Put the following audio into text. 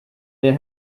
they